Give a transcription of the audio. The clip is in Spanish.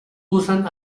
usan